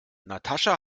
natascha